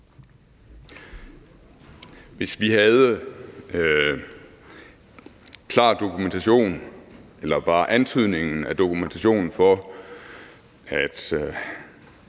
Hvis vi havde klar dokumentation eller bare antydningen af dokumentation for, at